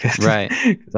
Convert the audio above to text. right